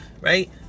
right